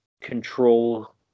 control